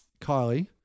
Kylie